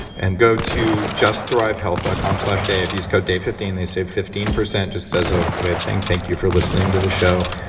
and go to justthrivehealth dot com slash dave. use code dave fifteen then save fifteen percent, just as a way of saying thank you for listening to the show.